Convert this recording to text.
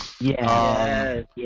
Yes